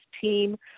team